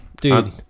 Dude